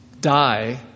die